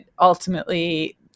ultimately